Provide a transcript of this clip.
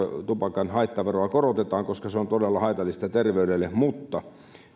tupakan haittaveroa korotetaan koska se on todella haitallista terveydelle mutta